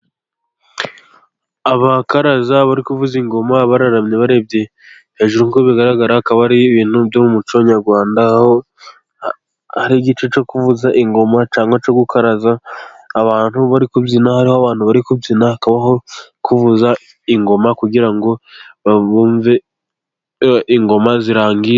Abakaraza bari kuvuza ingoma, bararamye barebye hejuru, ubwo bigaragara akaba ari ibintu byo mu mucyo nyarwanda, aho ari igice cyo kuvuza ingoma cyangwa cyo gukaraza, abantu bari kubyina, hariho abantu bari kubyina, hakabaho kuvuza ingoma, kugira ngo babumve ingoma zirangire.